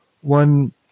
one